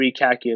recalculate